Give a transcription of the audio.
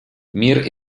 мир